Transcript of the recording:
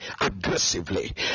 aggressively